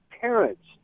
parents